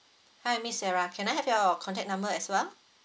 hi miss sarah can I have your contact number as well